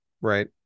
Right